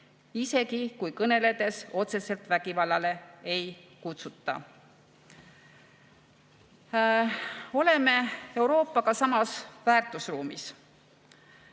siis], kui kõneledes otseselt vägivallale ei kutsuta. Oleme Euroopaga samas väärtusruumis.